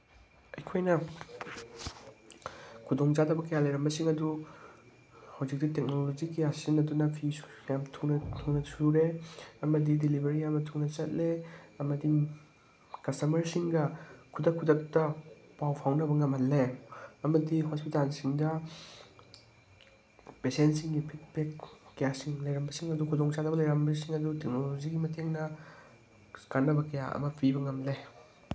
ꯑꯩꯈꯣꯏꯅ ꯈꯨꯗꯣꯡꯆꯥꯗꯕ ꯀꯌꯥ ꯂꯩꯔꯝꯕꯁꯤꯡ ꯑꯗꯨ ꯍꯧꯖꯤꯛꯇꯤ ꯇꯦꯛꯅꯣꯂꯣꯖꯤ ꯀꯌꯥ ꯁꯤꯖꯤꯟꯅꯗꯨꯅ ꯐꯤ ꯌꯥꯝ ꯊꯨꯅ ꯊꯨꯅ ꯁꯨꯔꯦ ꯑꯃꯗꯤ ꯗꯤꯂꯤꯚꯔꯤ ꯌꯥꯝꯅ ꯆꯠꯂꯦ ꯑꯃꯗꯤ ꯀꯁꯇꯃꯔꯁꯤꯡꯒ ꯈꯨꯗꯛ ꯈꯨꯗꯛꯇ ꯄꯥꯎ ꯐꯥꯎꯅꯕ ꯉꯝꯍꯜꯂꯦ ꯑꯃꯗꯤ ꯍꯣꯁꯄꯤꯇꯥꯜꯁꯤꯡꯗ ꯄꯦꯁꯦꯟꯁꯤꯡꯒꯤ ꯐꯤꯠꯕꯦꯛ ꯀꯌꯥꯁꯤꯡ ꯂꯩꯔꯝꯕꯁꯤꯡ ꯑꯗꯨ ꯈꯨꯗꯣꯡꯆꯥꯗꯕ ꯀꯌꯥꯁꯤꯡ ꯂꯩꯔꯝꯕꯁꯤꯡ ꯑꯗꯨ ꯇꯦꯛꯅꯣꯂꯣꯖꯤꯒꯤ ꯃꯇꯦꯡꯅ ꯀꯥꯅꯕ ꯀꯌꯥ ꯑꯃ ꯄꯤꯕ ꯉꯝꯂꯦ